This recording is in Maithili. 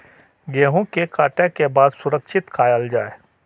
गेहूँ के काटे के बाद सुरक्षित कायल जाय?